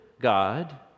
God